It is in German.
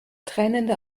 tränende